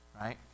right